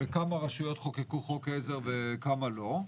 בכמה רשויות חוקקו חוק עזר ובכמה לא?